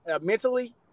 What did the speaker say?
mentally